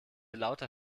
lauter